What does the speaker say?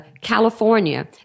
California